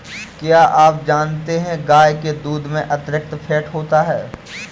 क्या आप जानते है गाय के दूध में अतिरिक्त फैट होता है